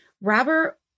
Robert